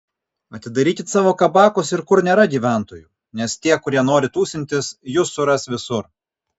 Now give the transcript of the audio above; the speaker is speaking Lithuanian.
atidarykit savo kabakus ir kur nėra gyventojų nes tie kurie nori tūsintis jus suras visur